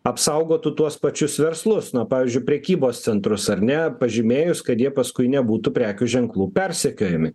apsaugotų tuos pačius verslus na pavyzdžiui prekybos centrus ar ne pažymėjus kad jie paskui nebūtų prekių ženklų persekiojami